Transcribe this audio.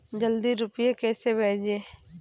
जल्दी रूपए कैसे भेजें?